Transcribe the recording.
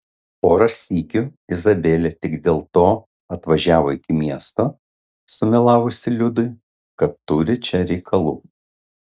porą sykių izabelė tik dėl to atvažiavo iki miesto sumelavusi liudui kad turi čia reikalų